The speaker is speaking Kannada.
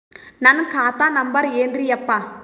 ನನ್ನ ಖಾತಾ ನಂಬರ್ ಏನ್ರೀ ಯಪ್ಪಾ?